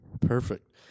Perfect